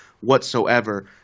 Whatsoever